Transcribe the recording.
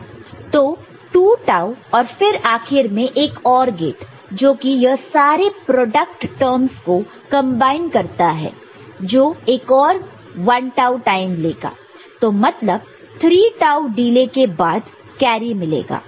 तो 2 टाऊ और फिर आखिर में एक OR गेट जो कि यह सारे प्रोडक्ट टर्म्ज़ को कंबाइन करता है जो एक और 1 टाऊ टाइम लेगा तो मतलब 3 टाऊ डिले के बाद कैरी मिलेगा